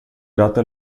gato